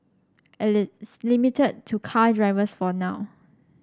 limited to car drivers for now